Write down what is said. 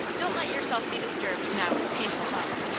don't let yourself be disturbed now with painful thoughts.